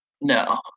No